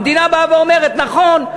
המדינה באה ואומרת: נכון,